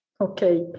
Okay